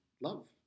love